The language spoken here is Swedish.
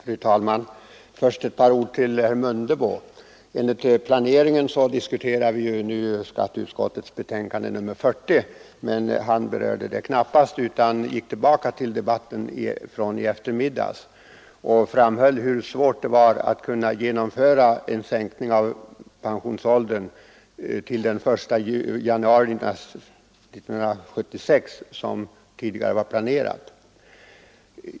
Fru talman! Först ett par ord till herr Mundebo. Enligt debattordningen diskuterar vi nu skatteutskottets betänkande nr 40, men herr Mundebo berörde knappast detta utan gick tillbaka till debatten från i eftermiddags och framhöll hur svårt det är att kunna genomföra en sänkning av pensionsåldern den 1 januari 1976, såsom tidigare var planerat.